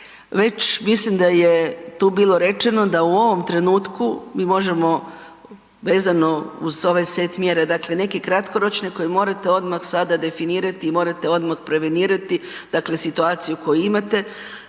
Već mislim da je tu bilo rečeno da u ovom trenutku mi možemo vezano uz ovaj set mjera, dakle neke kratkoročne koje morate odmah sada definirati i morate odmah prevenirati dakle situaciju koju imate.